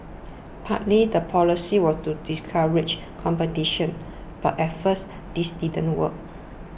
partly the policy was to discourage competition but at first this didn't work